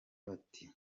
bati